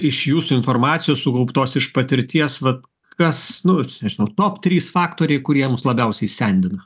iš jūsų informacijos sukauptos iš patirties vad kas nu nežinau top trys faktoriai kurie mus labiausiai sendina